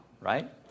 right